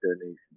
donation